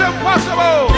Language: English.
impossible